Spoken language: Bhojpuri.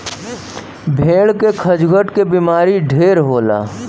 भेड़ के खजुहट के बेमारी ढेर होला